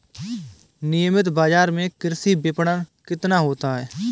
नियमित बाज़ार में कृषि विपणन कितना होता है?